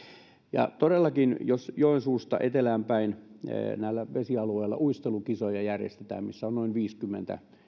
ja todellakin jos joensuusta etelään päin näillä vesialueilla uistelukisoja järjestetään missä on noin viisikymmentä